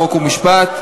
חוק ומשפט,